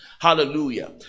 hallelujah